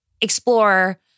explore